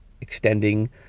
extending